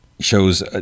shows